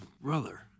brother